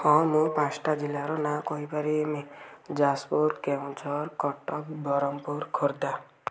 ହଁ ମୁଁ ପାଁଶଟା ଜିଲ୍ଲାର ନାଁ କହିପାରିମି ଯାଜପୁର କେଉଁଝର କଟକ ବରହମପୁର ଖୋର୍ଦ୍ଧା